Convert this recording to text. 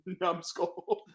numbskull